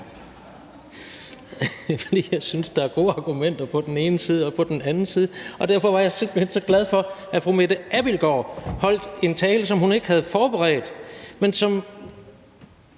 For jeg synes, der er gode argumenter på den ene side og på den anden side, og derfor var jeg simpelt hen så glad for, at fru Mette Abildgaard holdt en tale, som hun ikke havde forberedt, men som